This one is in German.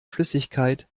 flüssigkeit